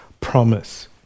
promise